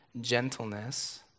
gentleness